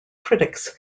critics